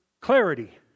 clarity